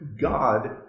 God